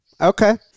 Okay